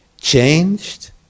changed